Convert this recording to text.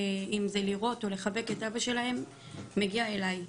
לראות או לחבק את אבא שלהם מגיעות אליי.